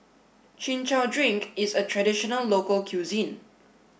Chin Chow Drink is a traditional local cuisine